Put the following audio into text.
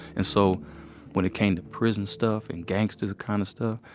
and so when it came to prison stuff and gangster kind of stuff,